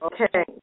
Okay